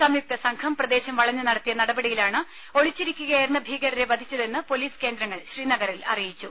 സംയുക്ത സംഘം പ്രദേശം വളഞ്ഞ് നടത്തിയ നടപടിയിലാണ് ഒളിച്ചിരിക്കുകയായിരുന്ന ഭീകരരെ വധിച്ചതെന്ന് പൊലീസ് കേന്ദ്രങ്ങൾ അറിയിച്ചു